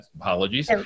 apologies